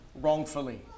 wrongfully